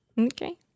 Okay